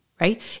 Right